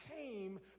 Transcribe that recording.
came